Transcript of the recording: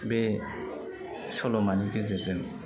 बे सल'मानि गेजेरजों